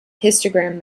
histogram